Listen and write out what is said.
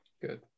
Good